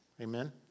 Amen